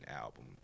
album